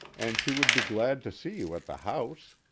and she would be glad to see you at the house.